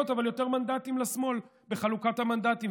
אבל יותר מנדטים לשמאל בחלוקת המנדטים,